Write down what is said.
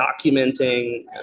documenting